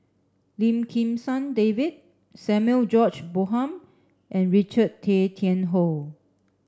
Lim Kim San David Samuel George Bonham and Richard Tay Tian Hoe